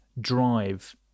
drive